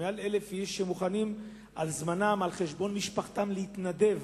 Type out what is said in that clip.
מעל 1,000 איש שמוכנים על חשבון זמנם ומשפחתם להתנדב